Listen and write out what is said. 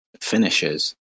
finishes